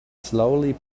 slowly